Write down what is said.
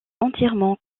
entièrement